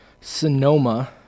Sonoma